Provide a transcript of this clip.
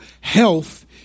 health